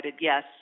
yes